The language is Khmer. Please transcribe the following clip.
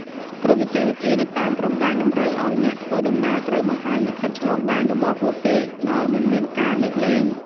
គ្រប់នីតិវិធីនៅតាមព្រំដែនតម្រូវឱ្យអ្នកធ្វើដំណើរត្រូវបង្ហាញលិខិតឆ្លងដែនរបស់ពួកគេដោយមិនមានការលើកលែង។